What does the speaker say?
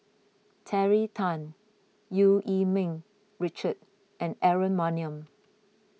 Terry Tan Eu Yee Ming Richard and Aaron Maniam